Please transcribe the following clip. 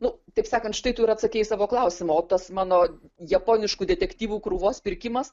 nu taip sakant štai tu ir atsakei į savo klausimą o tas mano japoniškų detektyvų krūvos pirkimas